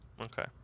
Okay